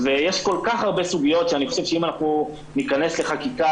יש כל כך הרבה סוגיות שאני חושב שאם אנחנו ניכנס לחקיקה,